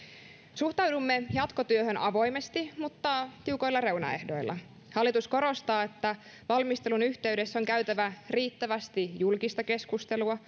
suhtaudumme jatkotyöhön avoimesti mutta tiukoilla reunaehdoilla hallitus korostaa että valmistelun yhteydessä on käytävä riittävästi julkista keskustelua